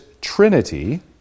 trinity